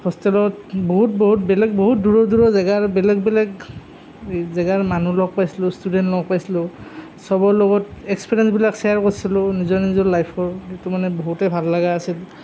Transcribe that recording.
হোষ্টেলত বহুত বহুত বেলেগ বহুত দূৰৰ দূৰৰ জেগাৰ বেলেগ বেলেগ এই জেগাৰ মানুহ লগ পাইছিলোঁ ষ্টুডেণ্ট লগ পাইছিলোঁ চবৰ লগত এক্সপেৰিয়েঞ্চবিলাক ছেয়াৰ কৰিছিলোঁ নিজৰ নিজৰ লাইফৰ এইটো মানে বহুতেই ভাল লগা আছিল